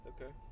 Okay